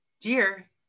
Dear